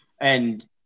And-